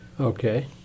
Okay